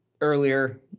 earlier